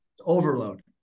overload